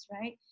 right